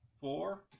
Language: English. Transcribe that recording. Four